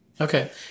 Okay